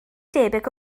debyg